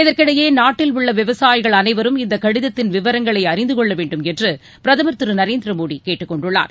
இதற்கிடையே நாட்டில் உள்ள விவசாயிகள் அனைவரும் இந்த கடிதத்தின் விவரங்களை அறிந்து கொள்ள வேண்டுமென்று பிரதமர் திரு நரேந்திர மோடி கேட்டுக் கொண்டுள்ளார்